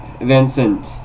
Vincent